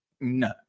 no